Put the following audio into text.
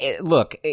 look